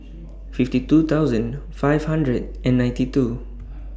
fifty two thousand five hundred and ninety two